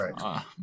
right